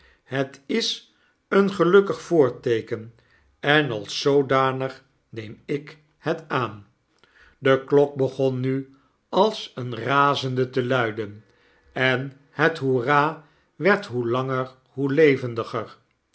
het is een gelukkig voorteeken en als zoodanig neem ik het aan de klok begon nu als een razende te luiden en het hoera werd hoe langer zoo levendiger